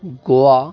Goa